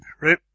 right